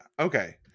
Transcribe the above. Okay